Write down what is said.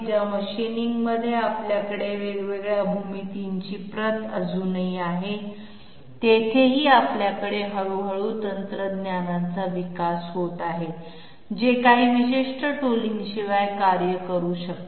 ज्या मशीनिंगमध्ये आपल्याकडे वेगवेगळ्या भूमितींची प्रत अजूनही आहे तिथेही आपल्याकडे हळूहळू तंत्रज्ञानाचा विकास होत आहे जे काही विशिष्ट टूलिंगशिवाय कार्य करू शकते